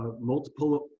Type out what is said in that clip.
multiple